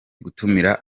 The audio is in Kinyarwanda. gutumira